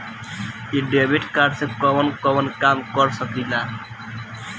इ debit card से कवन कवन काम कर सकिला?